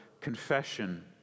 confession